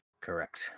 Correct